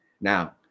Now